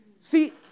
See